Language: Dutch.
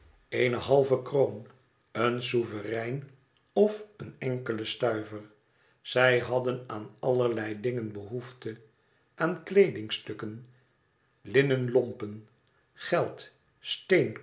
eene halve kroon een souverein of een enkelen stuiver zij hadden aan allerlei dingen behoefte aan kleedingstukken linnen lompen geld